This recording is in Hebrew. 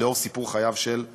ולאור סיפור חייו ומשפחתו של אזרחי.